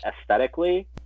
aesthetically